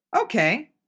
Okay